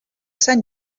sant